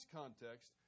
context